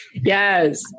Yes